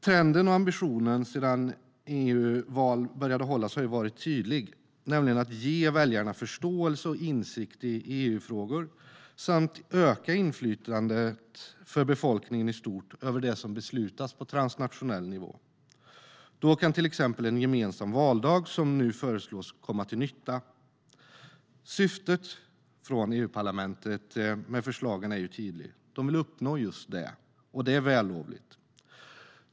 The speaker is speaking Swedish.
Trenden och ambitionen sedan EUval började hållas har varit tydlig, nämligen att ge väljarna förståelse och insikt i EUfrågor samt öka inflytandet från befolkningen i stort över det som beslutas på transnationell nivå. Då kan till exempel en gemensam valdag som nu föreslås komma till nytta. Syftet från EUparlamentet med förslagen är tydligt. De vill uppnå just det, och det är vällovligt.